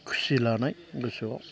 खुसि लानाय गोसोआव